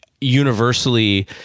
universally